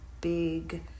big